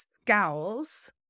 scowls